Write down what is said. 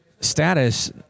status